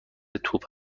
توپ